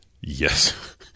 Yes